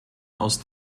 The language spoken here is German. aus